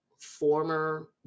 former